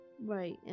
Right